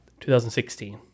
2016